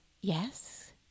yes